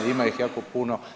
Ima ih jako puno.